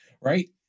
right